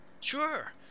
Sure